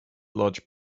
lodge